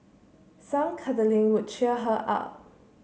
some cuddling could cheer her up